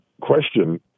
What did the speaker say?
question